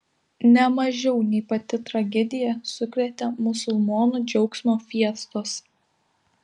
ne mažiau nei pati tragedija sukrėtė musulmonų džiaugsmo fiestos